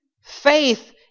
faith